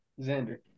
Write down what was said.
Xander